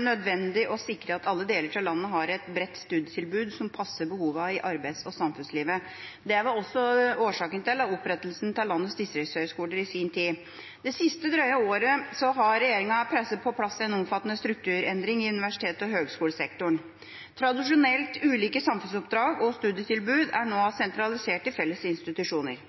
nødvendig å sikre at alle deler av landet har et bredt studietilbud som passer behovene i arbeids- og samfunnslivet. Det var vel også årsaken til opprettelsen av landets distriktshøgskoler i sin tid. Det siste drøye året har regjeringa presset på plass en omfattende strukturendring i universitets- og høgskolesektoren. Tradisjonelt ulike samfunnsoppdrag og studietilbud er nå sentralisert i felles institusjoner.